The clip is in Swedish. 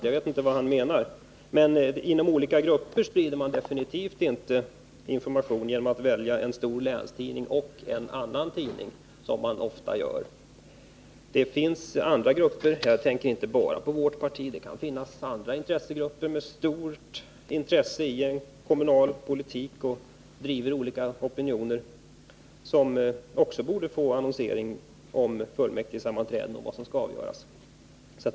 Jag vet inte vad herr Nordin menar. Men man sprider definitivt inte information till olika grupper genom att välja en stor länstidning och en annan tidning, något som kommunerna ofta gör. Det finns andra grupper. Jag tänker inte bara på vårt parti. Det kan finnas andra grupper som har stort intresse för kommunal politik, som driver olika opinioner och som också borde få information om vad som skall avgöras vid fullmäktigesammanträdena.